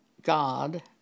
God